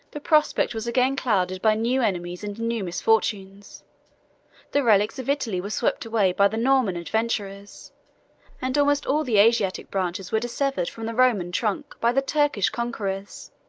the prospect was again clouded by new enemies and new misfortunes the relics of italy were swept away by the norman adventures and almost all the asiatic branches were dissevered from the roman trunk by the turkish conquerors.